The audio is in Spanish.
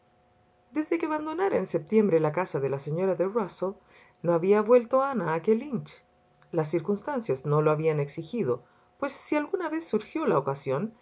desde que abandonara en septiembre la casa de la señora de rusell no había vuelto ana a kellynch las circunstancias no lo habían exigido pues si alguna vez surgió la